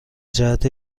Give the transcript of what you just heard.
جهت